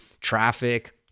traffic